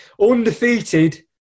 undefeated